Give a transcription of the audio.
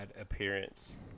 appearance